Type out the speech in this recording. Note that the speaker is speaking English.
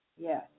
Yes